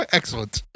Excellent